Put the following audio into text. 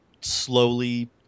slowly